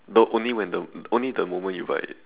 the only when the only the moment you buy it